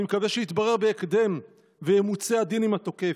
אני מקווה שזה יתברר בהקדם והדין ימוצה עם התוקף.